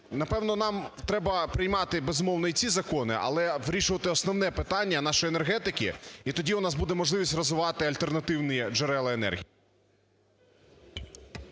Напевно, нам треба приймати, безумовно, і ці закони, але вирішувати основне питання нашої енергетики, і тоді у нас буде можливість розвивати альтернативні джерела енергії.